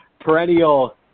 Perennial